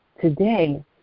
today